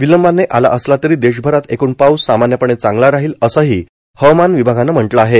विलंबानं आला असला तरी देशभरात एकूण पाऊस सामान्यपणे चांगला राहील असंही हवामानविआगानं म्हटलं आहे